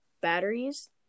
batteries